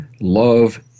love